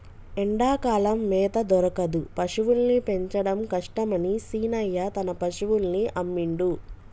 ఎండాకాలం మేత దొరకదు పశువుల్ని పెంచడం కష్టమని శీనయ్య తన పశువుల్ని అమ్మిండు